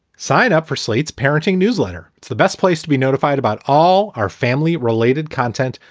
sign up for slate's parenting newsletter. it's the best place to be notified about all our family related content,